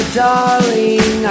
darling